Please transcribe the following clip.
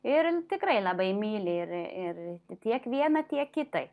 ir tikrai labai myli ir ir tiek vieną tiek kitą